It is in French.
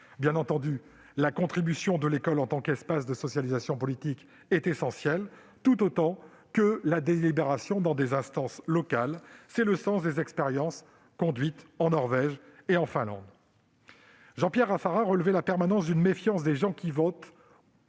Bien entendu, la contribution de l'école, en tant qu'espace de socialisation politique, est essentielle, tout autant que la délibération dans des instances locales. C'est le sens des expériences conduites en Norvège et en Finlande. Jean-Pierre Raffarin relevait la permanence d'une méfiance de la part